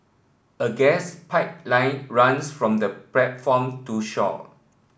a gas pipeline runs from the platform to shore